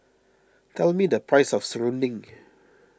tell me the price of Serunding